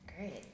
Great